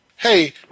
Hey